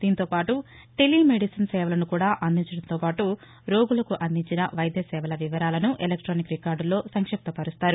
దాంతోపాటు telemedicine సేవలను కూడా అందించడంతోపాటు రోగులకు అందించిన వైద్యసేవల వివరాలను ఎలక్ష్లానిక్ రికార్డుల్లో సంక్షిప్త పరుస్తారు